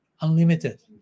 Unlimited